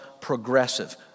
progressive